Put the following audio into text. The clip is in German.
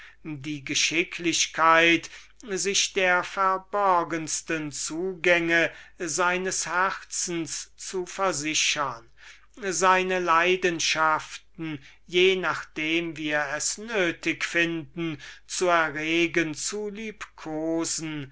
die geschicklichkeit sich der verborgensten zugänge seines herzens zu versichern seine leidenschaften je nachdem wir es nötig finden zu erregen zu liebkosen